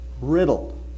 riddled